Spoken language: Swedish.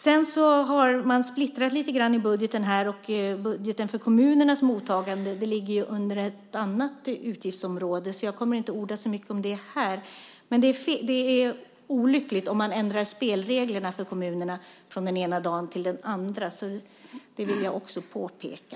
Man har splittrat lite grann i budgeten, och budgeten för kommunernas mottagande ligger under ett annat utgiftsområde. Jag kommer därför inte att orda så mycket om det här, men det är olyckligt om man ändrar spelreglerna för kommunerna från den ena dagen till den andra. Det vill jag också påpeka.